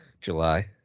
July